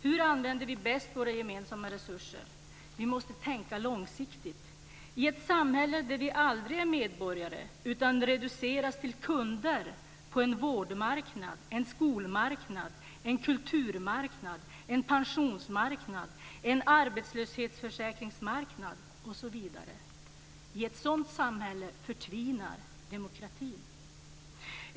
Hur använder vi bäst våra gemensamma resurser? Vi måste tänka långsiktigt. I ett samhälle där vi aldrig är medborgare utan där vi reduceras till kunder på en vårdmarknad, en skolmarknad, en kulturmarknad, en pensionsmarknad, en arbetslöshetsförsäkringsmarknad osv. förtvinar demokratin.